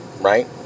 right